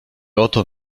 oto